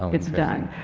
it's done.